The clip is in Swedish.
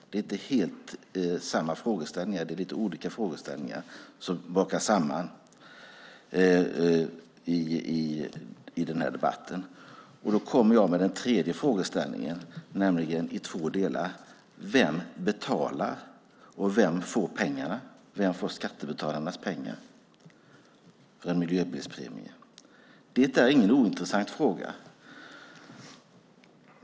Det är lite olika frågeställningar som bakas samman i den här debatten. Då kommer jag med en tredje frågeställning i två delar, nämligen: Vem betalar? Vem får skattebetalarnas pengar till en miljöbilspremie? Det är inga ointressanta frågor.